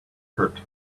hurt